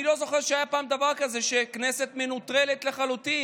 אני לא זוכר שהיה פעם דבר כזה שהכנסת מנוטרלת לחלוטין,